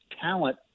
talent